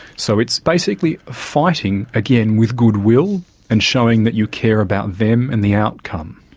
so it's basically fighting, again, with goodwill and showing that you care about them and the outcome.